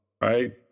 Right